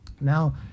now